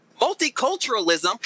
Multiculturalism